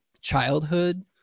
childhood